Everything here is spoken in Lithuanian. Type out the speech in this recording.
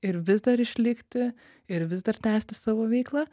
ir vis dar išlikti ir vis dar tęsti savo veiklą